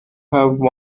have